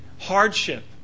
Hardship